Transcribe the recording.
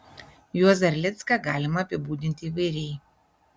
juozą erlicką galima apibūdinti įvairiai